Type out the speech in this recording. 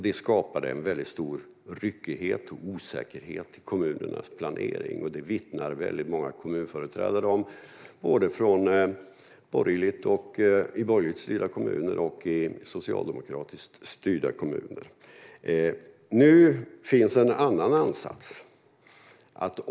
Detta skapade en väldigt stor ryckighet och osäkerhet i kommunernas planering, vilket även många kommunföreträdare från både borgerligt och socialdemokratiskt styrda kommuner vittnar om. Nu finns en annan ansats.